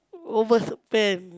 overspend